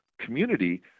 community